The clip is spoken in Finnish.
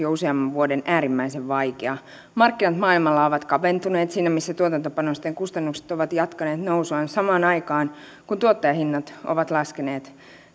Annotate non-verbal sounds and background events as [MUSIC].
[UNINTELLIGIBLE] jo useamman vuoden äärimmäisen vaikea markkinat maailmalla ovat kaventuneet siinä missä tuotantopanosten kustannukset ovat jatkaneet nousuaan samaan aikaan kun tuottajahinnat ovat laskeneet